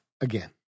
again